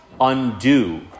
undo